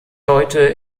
heute